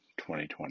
2020